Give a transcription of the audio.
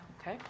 Okay